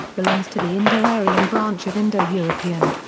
belongs to the indo-aryan branch of indo-european.